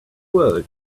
world